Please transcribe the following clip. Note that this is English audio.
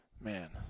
Man